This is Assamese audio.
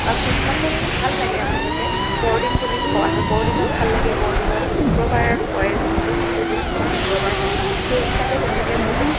আও খ্ৰীষ্টমাচত ভাল লাগে আচলতে বৰদিন বুলি কোৱা হয় বৰদিনত ভাল লাগে বৰদিনত শুক্ৰবাৰত পৰে যিহেতু পঁচিছ ডিচেম্বৰ শুক্ৰবাৰ হয় সেই হিচাপে তেওঁলোকে বহুত